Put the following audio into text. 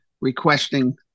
requesting